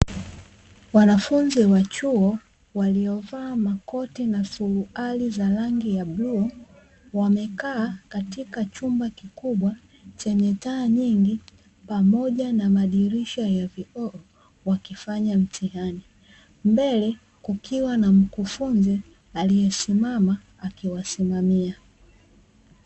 Wanafunzi wa chuo waliovaa makoti na suruali za rangi ya bluu, wamekaa katika chumba kikubwa chenye taa nyingi pamoja na madirisha ya vioo wakifanya mtihani, mbele kukiwa na mkufunzi akiwasimamia.